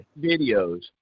Videos